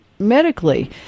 medically